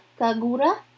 Kagura